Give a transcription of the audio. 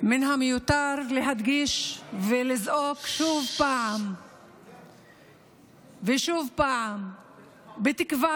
מן המיותר להדגיש ולזעוק שוב ושוב בתקווה